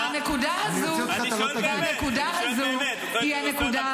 זה בדיוק מה שהיא עשתה כשאני דיברתי.